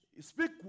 Speak